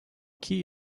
key